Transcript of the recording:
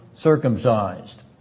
Circumcised